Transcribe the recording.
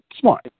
Smart